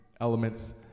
elements